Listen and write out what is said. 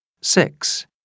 six